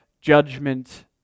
judgment